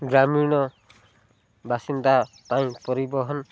ଗ୍ରାମୀଣ ବାସିନ୍ଦା ପାଇଁ ପରିବହନ